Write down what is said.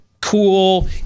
cool